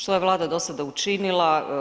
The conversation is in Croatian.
Što je Vlada do sada učinila?